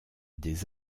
des